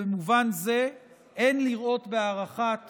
במובן זה אין לראות בהארכת